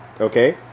Okay